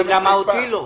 יגיד: למה אותי לא?